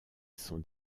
son